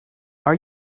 are